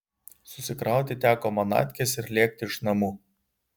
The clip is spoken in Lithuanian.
susikrauti teko manatkes ir lėkti iš namų